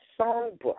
songbook